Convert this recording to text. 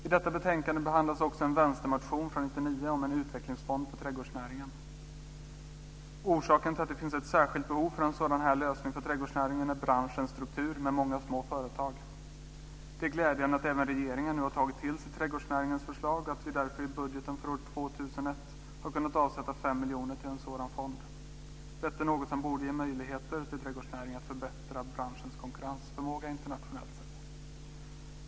I detta betänkande behandlas också en vänstermotion från 1999 om en utvecklingsfond för trädgårdsnäringen. Orsaken till att det finns ett särskilt behov för en sådan lösning för trädgårdsnäringen är branschens struktur med många små företag. Det är glädjande att regeringen nu har tagit till sig trädgårdsnäringens förslag och att vi därför i budgeten för år 2001 kan avsätta 5 miljoner till en sådan fond. Detta borde ge möjligheter för trädgårdsnäringen att förbättra branschens konkurrensförmåga internationellt.